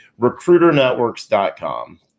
RecruiterNetworks.com